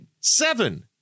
Seven